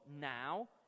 now